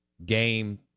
Game